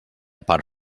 part